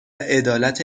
عدالت